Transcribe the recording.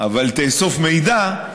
אבל תאסוף מידע,